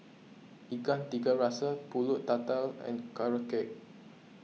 Ikan Tiga Rasa Pulut Tatal and Carrot Cake